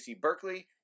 Berkeley